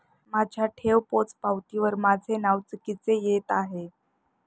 माझ्या ठेव पोचपावतीवर माझे नाव चुकीचे येत आहे